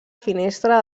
finestra